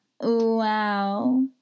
Wow